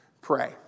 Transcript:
pray